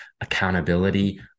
accountability